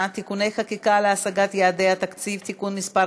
(תיקוני חקיקה להשגת יעדי התקציב) (תיקון מס'